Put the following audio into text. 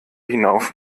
hinauf